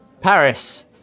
Paris